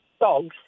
Dogs